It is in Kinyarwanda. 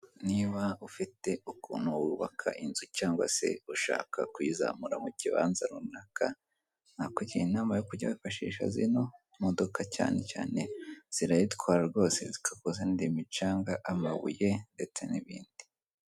Niba ufite ukuntu wubaka inzu cyangwa se ushaka kuyizamura mu kibanza runaka nakugira inama yo kujya wifashisha zino modoka cyane cyane zirayitwara rwose zikakuzanira imicanga, amabuye ndetse n'ibindi.